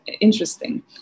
interesting